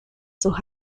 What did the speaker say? sus